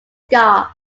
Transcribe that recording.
scarce